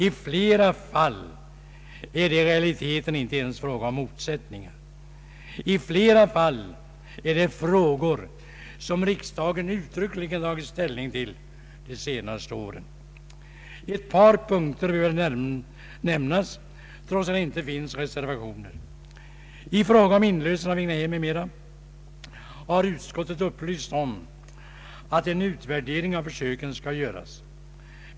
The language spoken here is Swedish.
I flera fall är det i realiteten inte ens fråga om motsättningar. I flera fall rör det frågor som riksdagen uttryckligen tagit ställning till de senaste åren. Ett par punkter bör nämnas, trots att det inte finns reservationer. I fråga om inlösen av egnahem m.m. har utskottet upplysts om att en utvärdering av försöken skall göras.